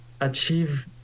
achieve